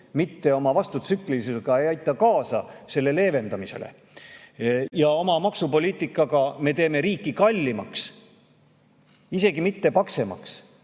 aita oma vastutsüklilisusega kaasa selle leevendamisele. Oma maksupoliitikaga me teeme riiki kallimaks, isegi mitte paksemaks.